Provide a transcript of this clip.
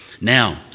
Now